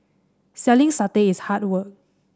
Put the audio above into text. selling satay is hard work